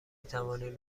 توانید